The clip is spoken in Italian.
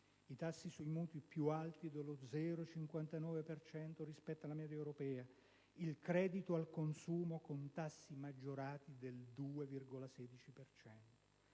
tassi sui mutui più alti dello 0,59 per cento rispetto alla media europea ed il credito al consumo con tassi maggiorati del 2,16